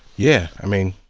yeah, i mean.